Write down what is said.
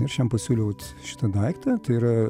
aš jam pasiūliau šitą daiktą tai yra